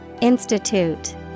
Institute